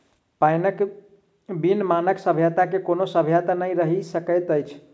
पाइनक बिन मानव सभ्यता के कोनो सभ्यता नै रहि सकैत अछि